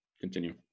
Continue